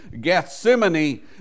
Gethsemane